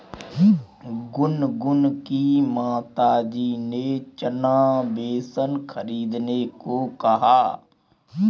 गुनगुन की माताजी ने चना बेसन खरीदने को कहा